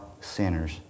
sinners